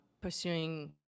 pursuing